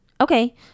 Okay